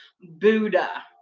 Buddha